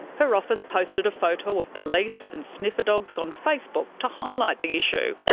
her office posted a photo of police and sniffer dogs on facebook to highlight the issue.